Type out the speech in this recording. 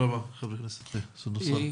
תודה ח"כ סונדוס סאלח.